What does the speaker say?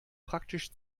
praktisch